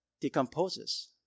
decomposes